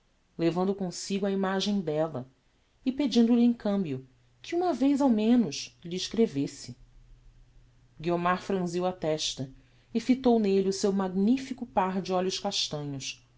levando comsigo a imagem della e pedindo-lhe em cambio que uma vez ao menos lhe escrevesse guiomar franziu a testa e fitou nelle o seu magnifico par de olhos castanhos